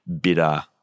bitter